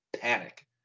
panic